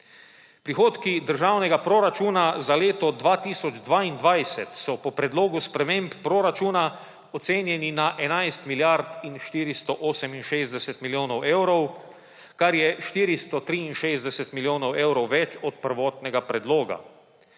Prihodki državnega proračuna za leto 2022 so po predlogu sprememb proračuna ocenjeni na 11 milijard in 468 milijonov evrov, kar je 463 milijonov evrov več od prvotnega predloga,